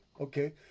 okay